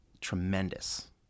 tremendous